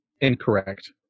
Incorrect